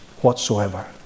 whatsoever